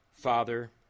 Father